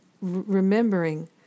remembering